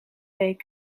week